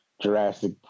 Jurassic